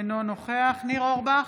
אינו נוכח ניר אורבך,